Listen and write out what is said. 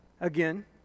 again